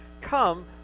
Come